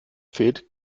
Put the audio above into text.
fehlt